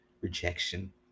rejection